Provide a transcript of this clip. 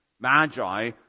magi